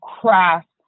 craft